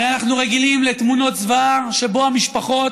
הרי אנחנו רגילים לתמונות זוועה, שהמשפחות